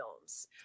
films